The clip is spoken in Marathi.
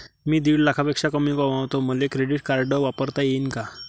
मी दीड लाखापेक्षा कमी कमवतो, मले क्रेडिट कार्ड वापरता येईन का?